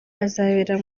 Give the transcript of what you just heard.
azabera